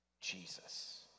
Jesus